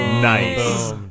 Nice